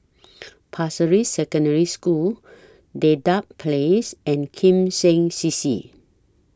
Pasir Ris Secondary School Dedap Place and Kim Seng C C